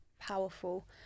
powerful